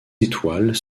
étoiles